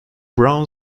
brown